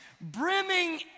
brimming